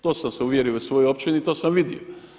To sam se već uvjerio u svojoj općini, to sam vidio.